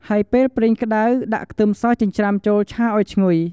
ហើយពេលប្រេងក្តៅ ដាក់ខ្ទឹមសចិញ្ច្រាំចូលឆាឱ្យឈ្ងុយ។